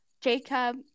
Jacob